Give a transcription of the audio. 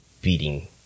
beating